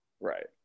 Right